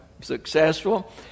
successful